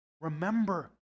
remember